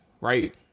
right